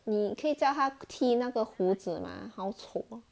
你可以叫他剃那个胡子吗好丑